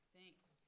Thanks